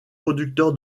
producteur